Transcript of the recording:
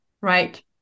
right